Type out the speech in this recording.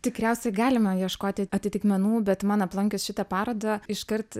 tikriausiai galima ieškoti atitikmenų bet man aplankius šitą parodą iškart